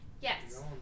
yes